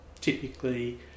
typically